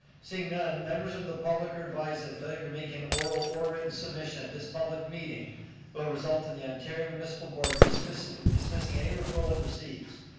seeing none, members of the public are advised that failure to make an oral or written submission at this public meeting will result in the ontario municipal board dismissing dismissing any referral it receives.